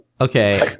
Okay